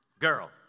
Girl